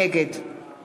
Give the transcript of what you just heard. נגד